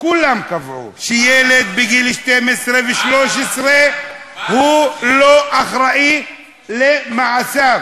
כולם קבעו שילד בגיל 12 ו-13 הוא לא אחראי למעשיו.